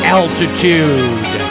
altitude